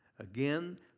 Again